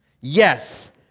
Yes